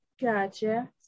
Gotcha